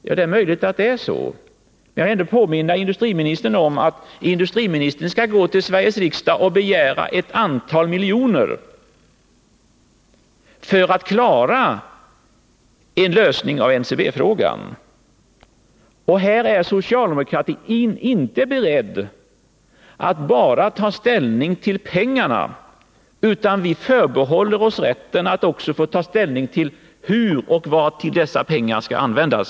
Ja, det är möjligt att det är så, men jag vill ändå påminna industriministern om att han måste gå till Sveriges riksdag och begära ett antal miljoner för att klara en lösning av NCB-frågan. Här är socialdemokratin inte beredd att bara ta ställning när det gäller pengarna, utan vi förbehåller oss dessutom rätten att få ta ställning till hur och vartill dessa pengar skall användas.